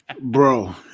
Bro